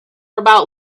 about